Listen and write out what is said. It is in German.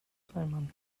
eimern